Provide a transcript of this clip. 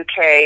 UK